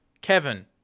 Kevin